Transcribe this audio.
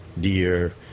deer